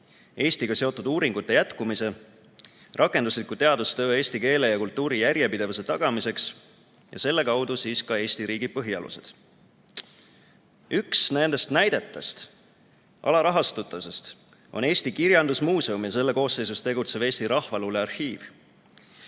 Eestiga seotud uuringute jätkumise, rakendusliku teadustöö eesti keele ja kultuuri järjepidevuse tagamiseks ja selle kaudu siis ka Eesti riigi põhialused. Üks alarahastatuse näiteid on Eesti Kirjandusmuuseum ja selle koosseisus tegutsev Eesti Rahvaluule Arhiiv.